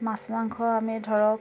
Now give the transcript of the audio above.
মাছ মাংস আমি ধৰক